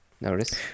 notice